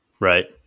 Right